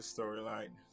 Storyline